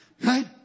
Right